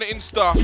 Insta